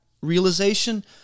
realization